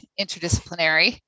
interdisciplinary